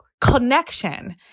connection